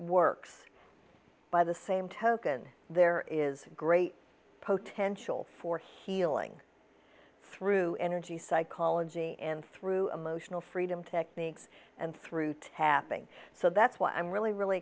works by the same token there is great potential for healing through energy psychology and through emotional freedom techniques and through tapping so that's what i'm really really